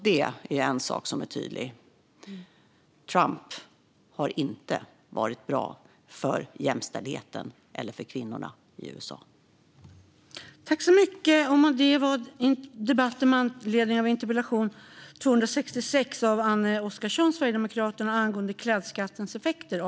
Det är en sak som är tydlig: Trump har inte varit bra för jämställdheten eller för kvinnorna i USA.